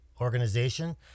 organization